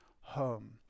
home